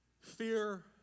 Fear